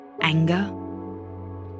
anger